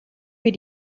wir